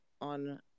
on